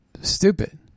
stupid